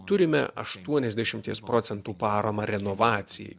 turime aštuonasdešimties procentų paramą renovacijai